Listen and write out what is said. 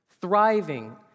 thriving